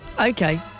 Okay